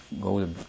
go